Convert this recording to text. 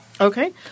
Okay